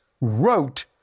wrote